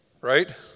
right